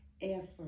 effort